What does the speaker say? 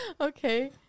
Okay